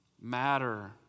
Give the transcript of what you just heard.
matter